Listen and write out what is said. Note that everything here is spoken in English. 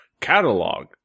catalog